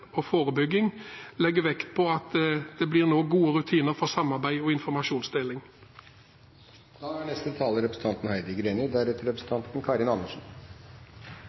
og i forbindelse med forebygging legger vekt på at det nå blir gode rutiner for samarbeid og informasjonsdeling. Da